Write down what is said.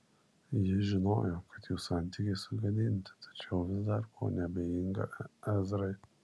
ji žinojo kad jų santykiai sugadinti tačiau vis dar buvo neabejinga ezrai